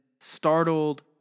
startled